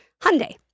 Hyundai